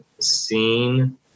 seen